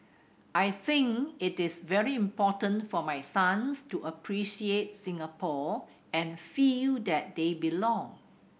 I think it is very important for my sons to appreciate Singapore and feel that they belong